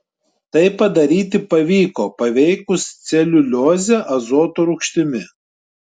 tai padaryti pavyko paveikus celiuliozę azoto rūgštimi